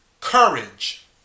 Courage